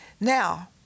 Now